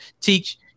teach